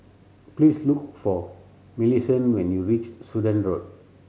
please look for Millicent when you reach Sudan Road